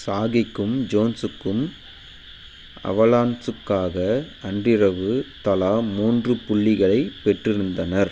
சாகிக்கும் ஜோன்ஸுக்கும் அவலான்சுக்காக அன்றிரவு தலா மூன்று புள்ளிகளைப் பெற்றிருந்தனர்